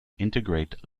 integrate